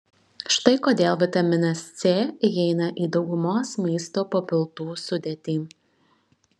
štai kodėl vitaminas c įeina į daugumos maisto papildų sudėtį